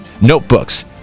notebooks